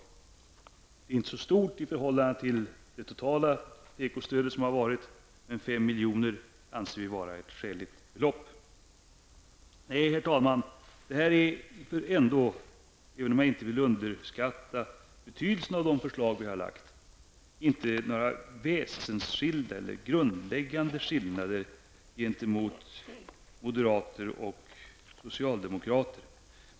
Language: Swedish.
Det anslag vi föreslår är inte särskilt stort i förhållande till det totala tekostöd som har utgått, men vi anser 5 milj.kr. vara ett skäligt belopp. Även om jag inte vill underskatta betydelsen av de förslag som vi har framlagt, är det här alltså inte några väsensskilda eller grundläggande olikheter ivår uppfattning å ena sidan och moderaternas och socialdemokraternas å andra sidan.